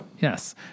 Yes